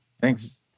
Thanks